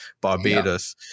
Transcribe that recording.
Barbados